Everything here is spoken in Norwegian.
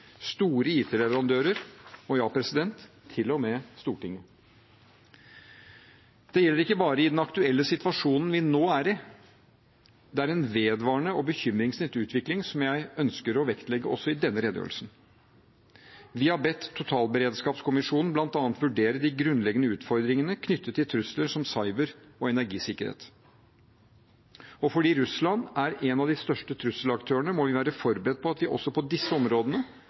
store IT-leverandører og ja, til og med Stortinget. Det gjelder ikke bare i den aktuelle situasjonen vi nå er i. Det er en vedvarende og bekymringsfull utvikling jeg ønsker å vektlegge også i denne redegjørelsen. Vi har bedt totalberedskapskommisjonen bl.a. vurdere de grunnleggende utfordringene knyttet til trusler som cyber og energisikkerhet. Fordi Russland er en av de største trusselaktørene, må vi være forberedt på at vi også på disse områdene